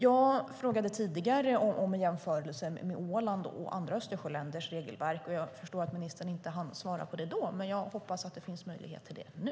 Jag frågade tidigare om jämförelsen med andra Östersjöländers och Ålands regelverk. Jag förstår att ministern inte hann svara, men jag hoppas att det finns möjlighet till det nu.